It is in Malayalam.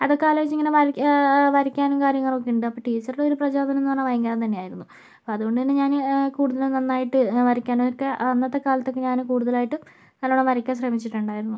അതൊക്കെ അലോചിച്ച് ഇങ്ങനെ വര വരക്കാനും കാര്യങ്ങളൊക്കെ ഉണ്ട് അപ്പം ടീച്ചറുടെ ഒരു പ്രചോദനം എന്നു പറഞ്ഞാൽ ഭയങ്കരം തന്നെ ആയിരുന്നു അതുകൊണ്ട് തന്നെ ഞാന് കൂടുതൽ നന്നായിട്ട് വരക്കാനൊക്കെ അ അന്നത്ത കാലത്ത് ഞാൻ കൂടുതലയിട്ടും നല്ലോണം വരക്കാൻ ശ്രമിച്ചിട്ടുണ്ടായിരുന്നു